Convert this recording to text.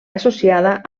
associada